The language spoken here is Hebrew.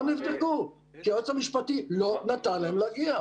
לא נבדקו כי היועץ המשפטי לא נתן להם להגיע,